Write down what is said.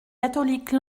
catholiques